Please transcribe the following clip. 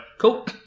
Cool